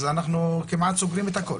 אז אנחנו כמעט סוגרים הכול.